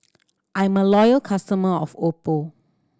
I'm a loyal customer of Oppo